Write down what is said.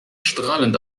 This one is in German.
strahlend